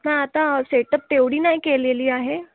हां तर सेटप तेवढी नाही केलेली आहे